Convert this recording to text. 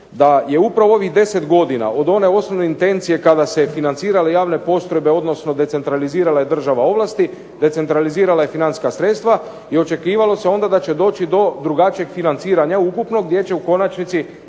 da je upravo u ovih 10 godina od one osnovne intencije kada su se financirale javne postrojbe, odnosno decentralizirale države ovlasti, decentralizirala i financijska sredstva i očekivalo se onda da će doći do drugačijeg financiranja ukupnog gdje će u konačnici